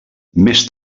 més